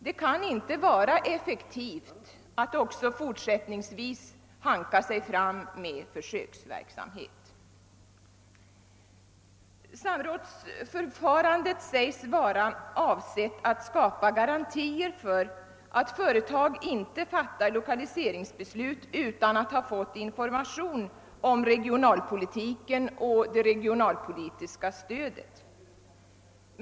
Det kan inte vara effektivt att också fortsättningsvis hanka sig fram med försöksverksamhet. Samrådsförfarandet sägs vara avsett att skapa garantier för att företag inte fattar lokaliseringsbeslut utan att ha fått information om regionalpolitiken och det regionalpolitiska stödet.